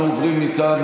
אנחנו עוברים מכאן